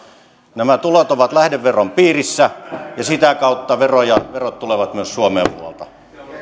nämä tulot ovat lähdeveron piirissä ja sitä kautta verot tulevat myös suomeen muualta